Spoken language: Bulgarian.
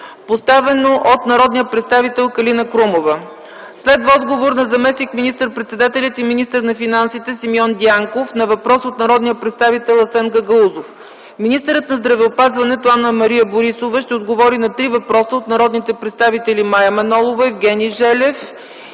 поставено от народния представител Калина Крумова. Следва отговор на заместник министър-председателя и министър на финансите Симеон Дянков на въпрос от народния представител Асен Гагаузов. Министърът на здравеопазването Анна-Мария Борисова ще отговори на три въпроса от народните представители Мая Манолова; Евгений Желев;